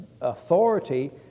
authority